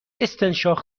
استنشاق